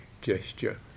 gesture